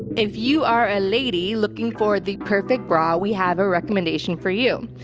if you are a lady looking for the perfect bra, we have a recommendation for you.